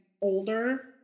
older